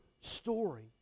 story